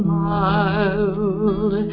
mild